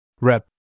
Rep